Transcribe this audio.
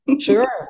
Sure